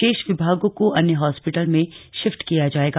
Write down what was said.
शेष विभागों को अन्य हॉस्पिटल में शिफ्ट किया जाएगा